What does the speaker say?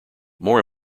more